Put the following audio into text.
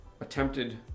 attempted